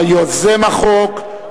יוזם החוק,